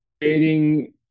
creating